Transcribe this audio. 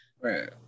right